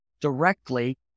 directly